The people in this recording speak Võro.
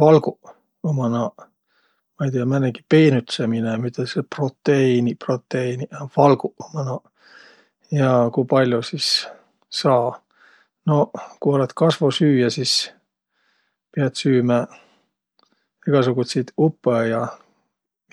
Valguq ummaq naaq. Ma ei tiiäq, määnegi peenütsemine um, üteldäs et proteiiniq, proteiiniq. A valguq ummaq naaq! Ja ku pall'o sis saa? No ku olõt kasvosüüjä, sis piät süümä egäsugutsit upõ ja